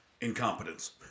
incompetence